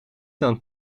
dan